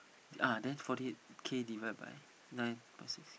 ah then forty eight K divide by nine point six